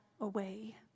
away